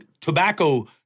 tobacco